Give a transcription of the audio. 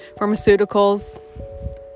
Pharmaceuticals